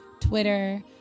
Twitter